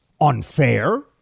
unfair